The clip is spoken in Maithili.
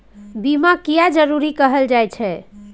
बीमा किये जरूरी कहल जाय छै?